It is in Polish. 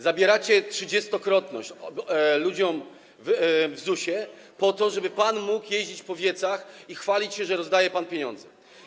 Zabieracie trzydziestokrotność ludziom w ZUS-ie, po to żeby pan mógł jeździć po wiecach i chwalić się, że rozdaje pan pieniądze.